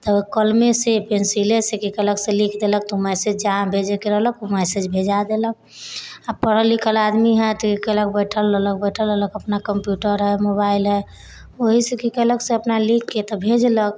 तऽ कलमेसँ पेन्सिलेसँ कि केलक से लिखि देलक तऽ उ मेसेज जहाँ भेजैके रहलक उ मैसेज भेजै देलक आओर पढ़ल लिखल आदमी हय तऽ ई कयलक बैठल रहलक बैठल रहलक अपना कम्प्यूटर हय मोबाइल हय वहीसँ की कयलक से अपना लिखके तऽ भेजलक